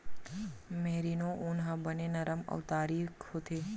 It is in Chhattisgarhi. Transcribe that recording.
मेरिनो ऊन ह बने नरम अउ तारीक होथे